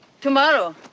Tomorrow